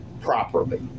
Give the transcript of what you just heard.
properly